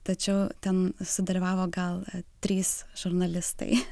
tačiau ten sudalyvavo gal trys žurnalistai